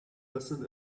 listen